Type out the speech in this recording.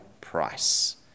price